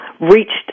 reached